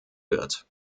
wird